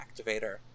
activator